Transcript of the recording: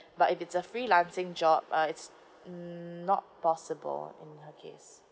but if it's a freelancing job uh is mm not possible in her case